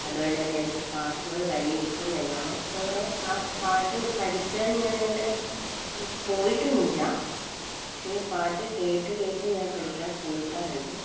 അതുകൊണ്ടുതന്നെ എനിക്ക് പാട്ടിനോട് വലിയ ഇഷ്ടം തന്നെയാണ് അതുപോലെ ആ പാട്ട് പഠിക്കാൻ ഞാൻ അങ്ങനെ പോയിട്ടൊന്നുമില്ല പക്ഷെ പാട്ട് കേട്ട് കേട്ട് ഞാൻ പഠിക്കാൻ ശ്രമിക്കാറുണ്ട്